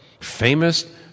famous